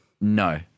No